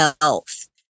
health